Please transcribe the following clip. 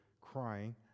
crying